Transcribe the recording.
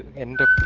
and a